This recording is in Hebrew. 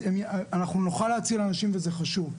אנחנו נוכל להציל אנשים וזה חשוב.